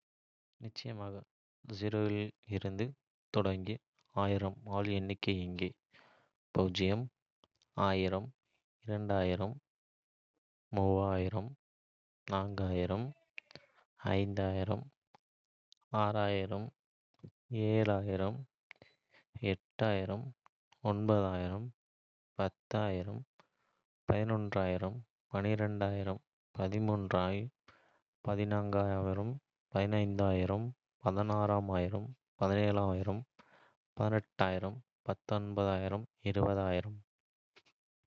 நிச்சயமாக, இலிருந்து தொடங்கி ஆல் எண்ணிக்கை இங்கே.